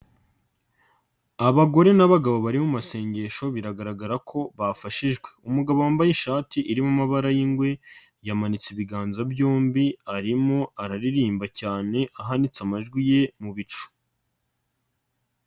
Abagore n'abagabo bari mu masengesho, biragaragara ko bafashijwe. Umugabo wambaye ishati irimo amabara y'ingwe, yamanitse ibiganza byombi, arimo araririmba cyane ahanitse amajwi ye mu bicu.